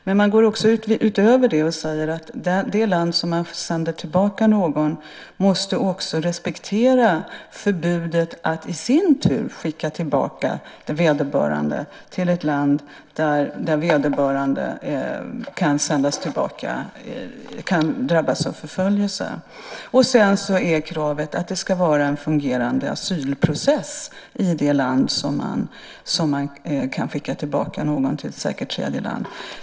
Men man går också utöver det och säger att det land som man sänder tillbaka någon till också måste respektera förbudet att i sin tur skicka tillbaka vederbörande till ett land där personen kan drabbas av förföljelse. Det finns också kravet att det ska finnas en fungerande asylprocess i det land som man kan skicka tillbaka någon till och som är ett säkert tredjeland.